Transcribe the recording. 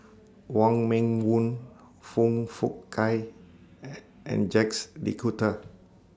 Wong Meng Voon Foong Fook Kay and and Jacques De Coutre